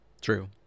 True